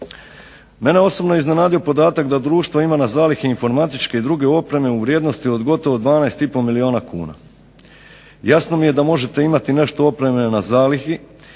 Mene osobno iznenađuje podatak da društvo ima na zalihi informatičke i druge opreme u vrijednosti od gotovo 12,5 milijuna kuna. Jasno mi je da možete imati nešto opreme na zalihi